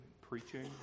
preaching